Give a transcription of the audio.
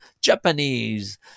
Japanese